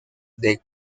del